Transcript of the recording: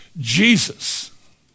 Jesus